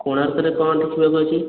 କୋଣାର୍କରେ କ'ଣ ଦେଖିବାକୁ ଅଛି